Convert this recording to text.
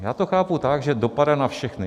Já to chápu tak, že dopadá na všechny.